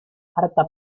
harta